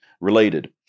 Related